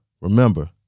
Remember